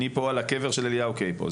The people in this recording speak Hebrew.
אני פה על הקבר של אליהו קיי פה,